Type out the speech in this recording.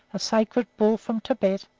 a sacred bull from tibet,